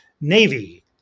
Navy